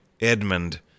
Edmund